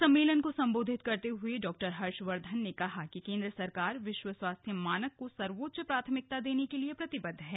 सम्मेलन को सम्बोधित करते हुए डॉक्टर हर्षवर्धन ने कहा कि केन्द्र सरकार विश्व स्वास्थ्य मानक को सर्वोच्च प्राथमिकता देने के लिए प्रतिबद्ध है